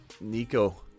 Nico